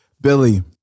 Billy